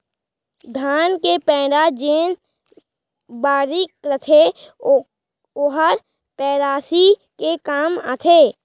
धान के पैरा जेन बारीक रथे ओहर पेरौसी के काम आथे